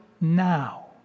now